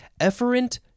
efferent